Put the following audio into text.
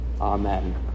Amen